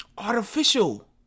Artificial